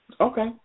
Okay